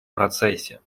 процессе